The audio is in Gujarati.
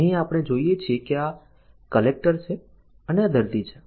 અહીં આપણે જોઈએ છીએ કે કલેક્ટર છે અને દર્દી છે